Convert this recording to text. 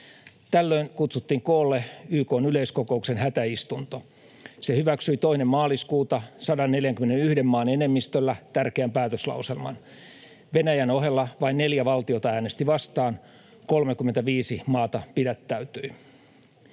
Tällöin kutsuttiin koolle YK:n yleiskokouksen hätäistunto. Se hyväksyi 2. maaliskuuta 141 maan enemmistöllä tärkeän päätöslauselman. Venäjän ohella vain neljä valtiota äänesti vastaan, 35 maata pidättäytyi.